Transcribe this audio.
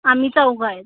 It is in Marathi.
आम्ही चौघं आहेत